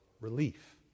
relief